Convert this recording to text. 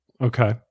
Okay